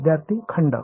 विद्यार्थी खंड